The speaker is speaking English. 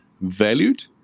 valued